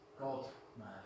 God-man